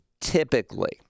typically